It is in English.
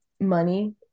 money